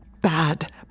bad